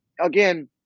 again